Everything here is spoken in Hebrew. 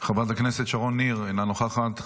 חברת הכנסת שרון ניר, אינה נוכחת.